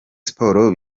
sport